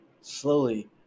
slowly